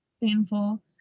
painful